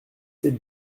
sept